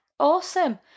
Awesome